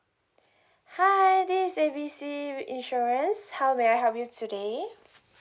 hi this is A B C insurance how may I help you today